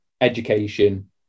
education